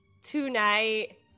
tonight